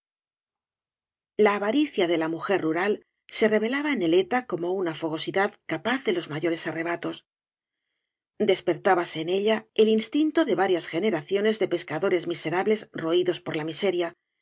la avaricia de la mujer rural se revelaba en neleta con una fogosidad capaz de loa mayores arrebatos despertábase en ella el instinto de varías generaciones de pescadores miserables roídos por la miseria